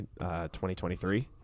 2023